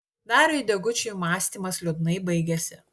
dariui degučiui mąstymas liūdnai baigėsi